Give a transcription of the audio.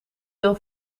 deel